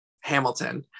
Hamilton